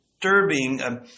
disturbing